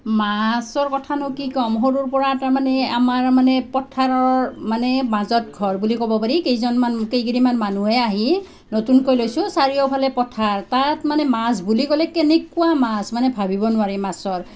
মাছৰ কথানো কি ক'ম সৰুৰপৰা তাৰমানে আমাৰ মানে পথাৰৰ মানে মাজত ঘৰ বুলি ক'ব পাৰি কেইজন কেইঘৰমান মানুহে আহি নতুনকৈ লৈছোঁ চাৰিওফালে পথাৰ তাত মানে মাছ বুলি ক'লে কেনেকুৱা মাছ মানে ভাবিব নোৱাৰি মাছৰ